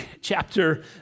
chapter